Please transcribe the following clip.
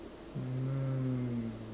mm